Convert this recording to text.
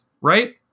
right